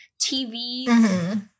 tv